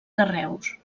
carreus